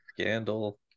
scandal